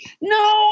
No